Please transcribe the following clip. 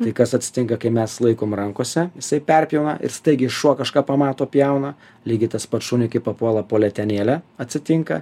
tai kas atsitinka kai mes laikom rankose jisai perpjauna ir staigiai šuo kažką pamato pjauna lygiai tas pats šuniui kai papuola po letenėlę atsitinka